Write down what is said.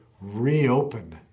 reopen